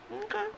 Okay